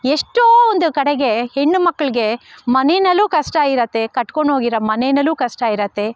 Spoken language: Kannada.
ಎಷ್ಟೋ ಒಂದು ಕಡೆಗೆ ಹೆಣ್ಣು ಮಕ್ಕಳಿಗೆ ಮನೆಯಲ್ಲು ಕಷ್ಟ ಇರುತ್ತೆ ಕಟ್ಕೊಂಡು ಹೋಗಿರೋ ಮನೆಯಲ್ಲು ಕಷ್ಟ ಇರುತ್ತೆ